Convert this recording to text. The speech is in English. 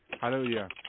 hallelujah